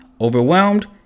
Overwhelmed